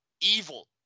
evil